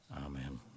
Amen